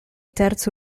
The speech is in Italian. terzo